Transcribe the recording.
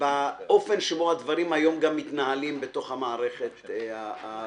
באופן שבו הדברים מתנהלים היום בתוך המערכת הבנקאית.